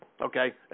okay